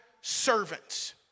servants